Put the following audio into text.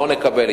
לא נקבל,